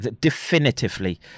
definitively